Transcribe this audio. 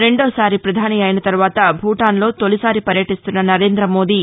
రెండోసారి పధాని అయిన తర్వాత భూటాన్లో తొలిసారి పర్యటీస్తున్న నరేంద్ర మోదీ